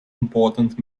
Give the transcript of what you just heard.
important